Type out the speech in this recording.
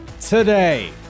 today